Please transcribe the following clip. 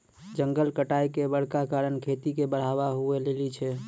जंगल कटाय के बड़का कारण खेती के बढ़ाबै हुवै लेली छै